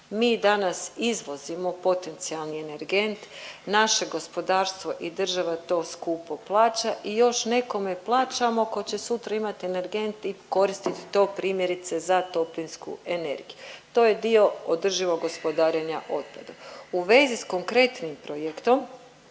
Mi danas izvozimo potencijalni energent. Naše gospodarstvo i država to skupo plaća i još nekome plaćamo tko će sutra imat energent i koristit to primjerice za toplinsku energiju. To je dio održivog gospodarenja otpadom. U vezi s konkretnim projektom,